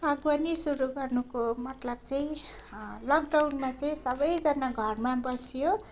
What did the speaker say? बागवानी सुरु गर्नुको मतलब चाहिँ लकडाउनमा चाहिँ सबैजना घरमा बसियो